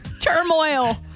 Turmoil